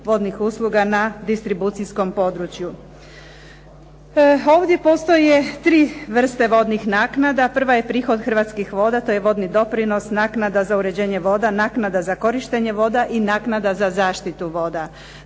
vodnih usluga na distribucijskom području. Ovdje postoje tri vrste vodnih naknada. Prva je prihod Hrvatskih voda. To je vodni doprinos, naknada za uređenje voda, naknada za korištenje voda i naknada za zaštitu voda.